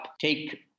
take